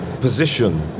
position